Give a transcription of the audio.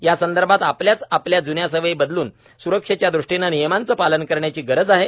यासंदर्भात आपल्याच आपल्या जुन्या सवयी बदलून सुरक्षेच्या दृष्टीने नियमांचे पालन करण्याची गरज आहे